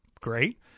great